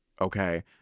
okay